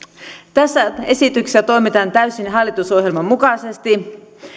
tässä esityksessä toimitaan täysin hallitusohjelman mukaisesti